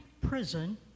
prison